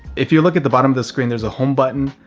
if you look at the bottom of the screen, there's a home button,